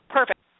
Perfect